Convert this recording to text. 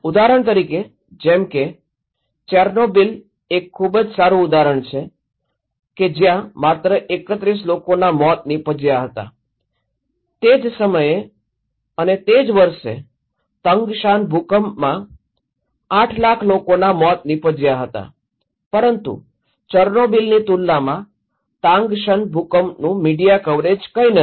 ઉદાહરણ તરીકે જેમ કે ચેર્નોબિલ એક ખૂબ જ સારું ઉદાહરણ છે કે જ્યાં માત્ર ૩૧ લોકોનાં મોત નીપજ્યાં હતા તે જ સમયે અને તે જ વર્ષે તંગશાન ભૂકંપમાં ૮૦૦૦૦૦ લોકોનાં મોત નીપજ્યાં હતા પરંતુ ચેર્નોબિલની તુલનામાં તાંગશન ભૂકંપનું મીડિયા કવરેજ કંઈ નથી